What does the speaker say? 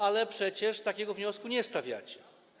Ale przecież takiego wniosku nie stawiacie.